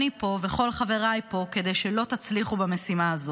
אני פה וכל חבריי פה, כדי שלא תצליחו במשימה הזו.